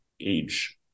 age